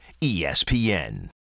ESPN